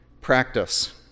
practice